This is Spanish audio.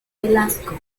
velasco